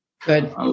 Good